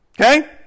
Okay